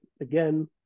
Again